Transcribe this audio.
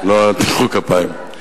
לא, אל תמחאו כפיים.